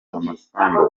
amasambu